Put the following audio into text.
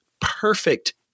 perfect